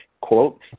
quote